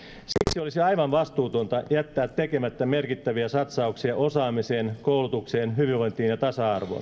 siksi olisi aivan vastuutonta jättää tekemättä merkittäviä satsauksia osaamiseen koulutukseen hyvinvointiin ja tasa arvoon vain rohkea